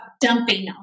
dumping